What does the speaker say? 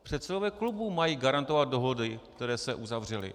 Předsedové klubů mají garantovat dohody, které se uzavřely.